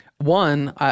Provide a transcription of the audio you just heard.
One